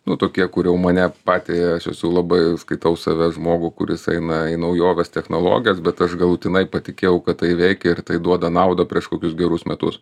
nu tokie kur jau mane patį aš esu labai skaitau save žmogų kuris eina į naujoves technologijas bet aš galutinai patikėjau kad tai veikia ir tai duoda naudą prieš kokius gerus metus